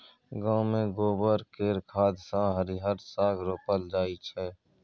गांव मे गोबर केर खाद सँ हरिहर साग रोपल जाई छै